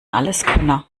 alleskönner